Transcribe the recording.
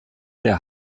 der